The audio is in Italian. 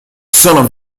sono